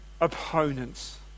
opponents